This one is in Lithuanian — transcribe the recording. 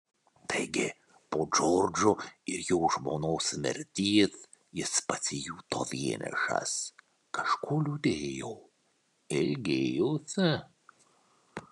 taigi po džordžo ir jo žmonos mirties jis pasijuto vienišas kažko liūdėjo ilgėjosi